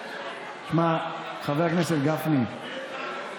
שמע, חבר הכנסת גפני,